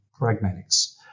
pragmatics